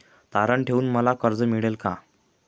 तारण ठेवून मला कर्ज मिळेल का?